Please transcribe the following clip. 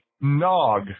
Nog